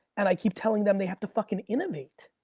and i keep telling them they have to fucking innovate.